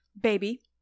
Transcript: baby